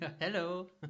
Hello